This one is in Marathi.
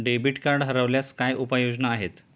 डेबिट कार्ड हरवल्यास काय उपाय योजना आहेत?